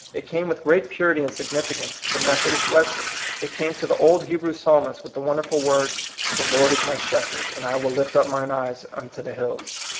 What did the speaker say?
it came with great purity and significance to the metho dist wesley it came to the old hebrew psalmists with the wonderful words, the lord is my shepherd, and i will lift up mine eyes unto the hills.